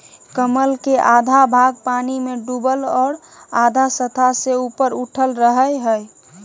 कमल के आधा भाग पानी में डूबल और आधा सतह से ऊपर उठल रहइ हइ